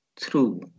true